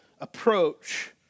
approach